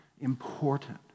important